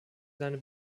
seine